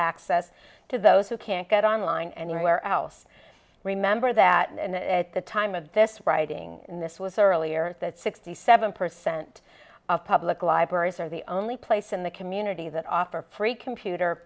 access to those who can't get online anywhere else remember that and at the time of this writing in this was earlier that sixty seven percent of public libraries are the only place in the community that offer free computer